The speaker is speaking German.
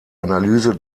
analyse